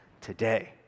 today